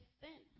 sin